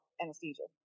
anesthesia